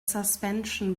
suspension